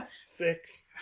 Six